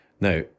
Now